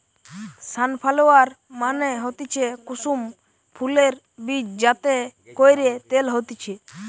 sunflower মানে হতিছে কুসুম ফুলের বীজ যাতে কইরে তেল হতিছে